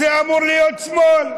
זה אמור להיות שמאל.